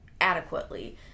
adequately